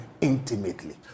intimately